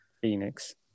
Phoenix